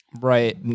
Right